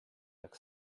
tak